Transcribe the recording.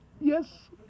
yes